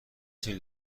تیم